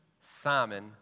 Simon